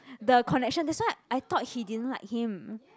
the connection that's why I thought he didn't like him